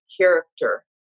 character